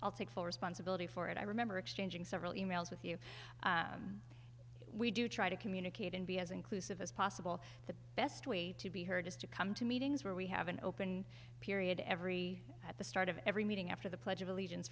i'll take full responsibility for it i remember exchanging several emails with you we do try to communicate and be as inclusive as possible the best way to be heard is to come to meetings where we have an open period every at the start of every meeting after the pledge of allegiance